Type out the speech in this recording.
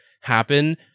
happen